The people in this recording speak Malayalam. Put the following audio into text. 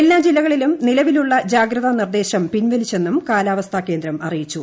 എല്ലാ ജില്ലകളിലും നിലവിലുളള ജാഗ്രതാനിർദേശം പിൻവലിച്ചെന്നും കാലാവസ്ഥാകേന്ദ്രം അറിയിച്ചു